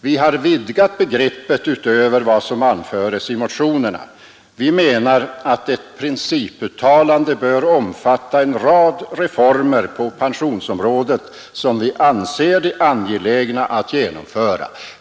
Vi har gjort en utvidgning utöver vad som anföres i motionerna och menar att ett principuttalande bör omfatta en rad reformer på pensionsområdet som vi anser angelägna att genomföra.